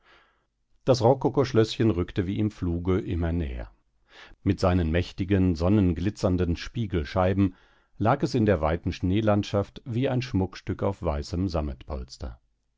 das rokokoschlößchen rückte wie im fluge immer näher mit seinen mächtigen sonnenglitzernden spiegelscheiben lag es in der weiten schneelandschaft wie ein schmuckstück auf weißem